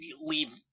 leave